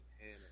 Hannah